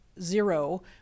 zero